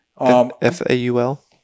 F-A-U-L